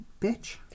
Bitch